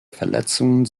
verletzungen